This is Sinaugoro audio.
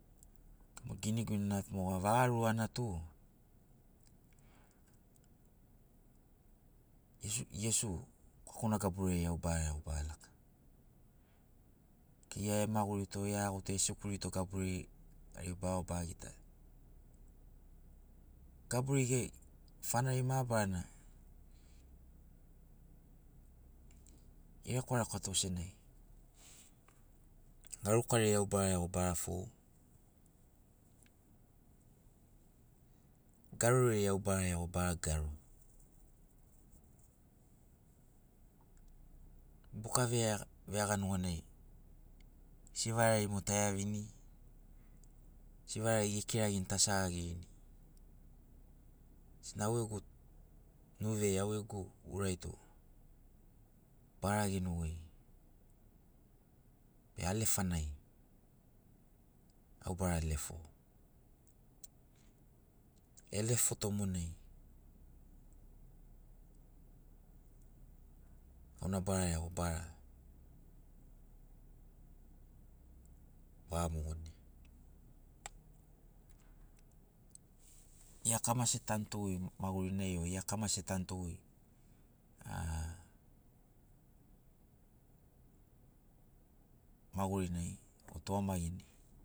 Giniguinena tu moḡa vaḡa luana tu iesu kwakuna gaburiai au bara iaḡo au ba laka ia gemagurito esikulito gaburiai bara iaḡo bara gita gaburi fanari mabarana erekwarekwato sena ḡarukariai au bara iaḡo bara fou garoriai au bara iaḡo au bara garo buka veaḡa nuḡanai sivarai mo taea vini sivarai ekirarini ta saḡaḡini sena au ḡegu nuvi ai au ḡegu urai tu bara ḡenoḡoi be alefanai au bara lefo elefoto monai auna bara iaḡo bara vaḡamoḡonia ḡia kamasi ḡetanutogoi maḡurinai o ḡia kamasi ḡetanutoḡoi a maḡurinai botuḡamaḡini